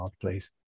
please